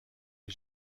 est